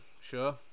Sure